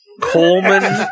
Coleman